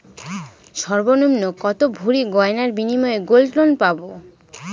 সর্বনিম্ন কত ভরি গয়নার বিনিময়ে গোল্ড লোন পাব?